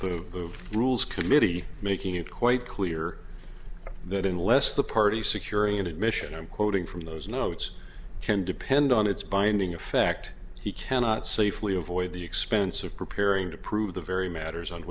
the rules committee making it quite clear that unless the party securing an admission i'm quoting from those notes can depend on its binding effect he cannot safely avoid the expense of preparing to prove the very matters on